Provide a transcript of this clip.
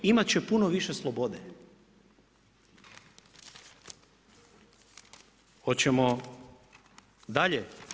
Imat će puno više slobode.“ Hoćemo dalje.